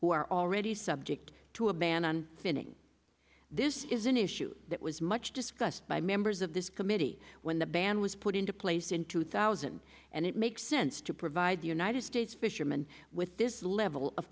who are already subject to a ban on finning this is an issue that was much discussed by members of this committee when the ban was put into place in two thousand and it makes sense to provide the united states fisherman with this level of